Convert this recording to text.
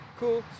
cool